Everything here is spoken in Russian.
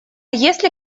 если